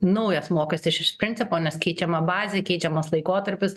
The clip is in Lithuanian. naujas mokestis iš iš principo nes keičiama bazė keičiamas laikotarpis